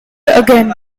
again